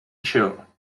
chile